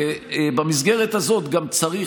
במסגרת הזאת גם צריך,